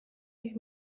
mich